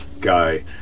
guy